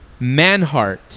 Manhart